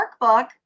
workbook